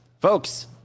folks